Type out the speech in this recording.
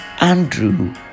Andrew